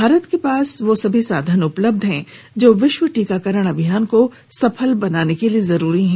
भारत के पास वो सभी साधन उपलब्ध हैं जो विश्व टीकाकरण अभियान को सफल बनाने के लिए जरूरी हैं